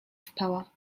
spała